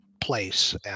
place